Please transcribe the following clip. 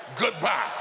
goodbye